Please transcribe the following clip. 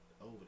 over